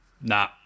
nah